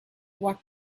what